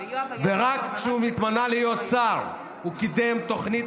ורק כשהוא נתמנה להיות שר הוא קידם תוכנית